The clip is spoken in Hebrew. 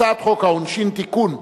הצעת חוק העונשין (תיקון,